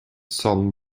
son